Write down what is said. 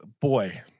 boy